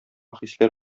хисләр